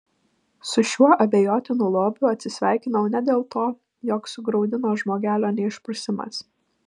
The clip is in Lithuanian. su šiuo abejotinu lobiu atsisveikinau ne dėl to jog sugraudino žmogelio neišprusimas